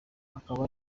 akaba